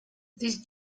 this